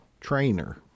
trainer